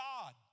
God